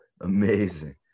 amazing